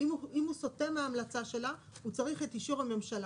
ואם הוא סוטה מההמלצה שלה הוא צריך את אישור הממשלה.